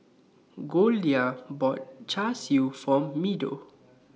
Goldia bought Char Siu For Meadow